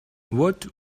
what